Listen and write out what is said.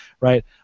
right